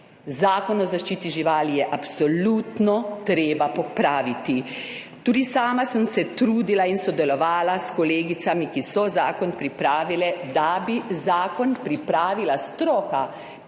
Zakon o zaščiti živali je absolutno treba popraviti. Tudi sama sem se trudila in sodelovala s kolegicami, ki so zakon pripravile, da bi zakon pripravila stroka,